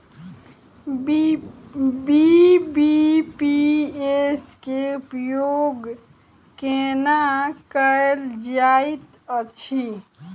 BBPS केँ उपयोग केना कएल जाइत अछि?